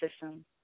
system